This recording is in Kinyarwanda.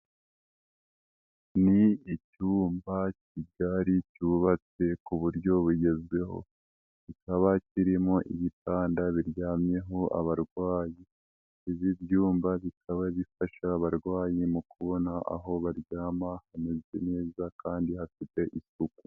Ni icyumba kigari cyubatse ku buryo bugezweho, kikaba kirimo igitanda biryamyeho abarwayi, ibi byumba bikaba bifasha abarwayi mu kubona aho baryama hameze neza kandi hafite isuku.